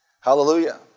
Hallelujah